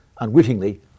unwittingly